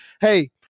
Hey